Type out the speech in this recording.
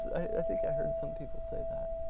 i think i heard some people say that.